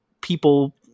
people